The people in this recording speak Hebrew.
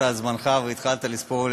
חבר הכנסת מרגי.